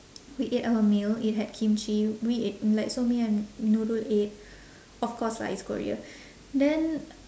we ate our meal it had kimchi we ate like so me and nurul ate of course lah it's korea then